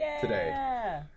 today